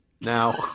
Now